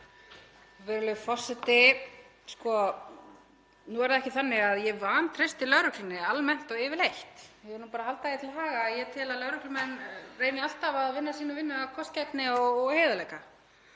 Virðulegur forseti. Nú er það ekki þannig að ég vantreysti lögreglunni almennt og yfirleitt. Ég vil bara halda því til haga að ég tel að lögreglumenn reyni alltaf að vinna sína vinnu af kostgæfni og heiðarleika.